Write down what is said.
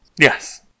Yes